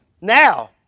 Now